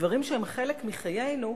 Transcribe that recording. דברים שהם חלק מחיינו,